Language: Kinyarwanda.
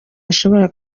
ashobora